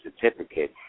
certificate